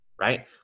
right